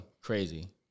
Crazy